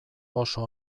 oso